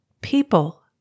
People